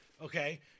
okay